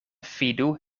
fidu